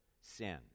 sin